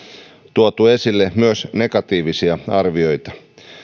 tuotu esille myös negatiivisia arvioita